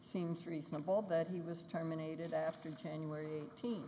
seems reasonable that he was terminated after january